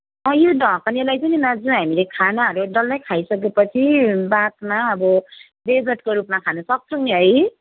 यो ढकनेलाई चाहिँ नि दाजु हामीले खानाहरू डल्लै खाइसकेपछि बादमा अब डेजर्टको रूपमा खान सक्छौँ नि है